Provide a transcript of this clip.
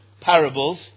parables